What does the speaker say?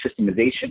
systemization